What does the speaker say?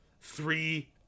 Three